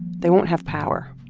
they won't have power.